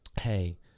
Hey